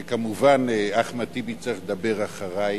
כמובן, אחמד טיבי צריך לדבר אחרי,